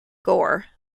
gore